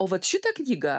o vat šitą knygą